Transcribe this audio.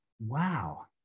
wow